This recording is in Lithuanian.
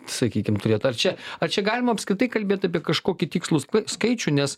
sakykim turėt ar čia ar čia galima apskritai kalbėt apie kažkokį tikslų skaičių nes